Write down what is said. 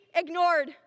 ignored